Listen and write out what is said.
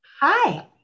Hi